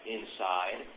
inside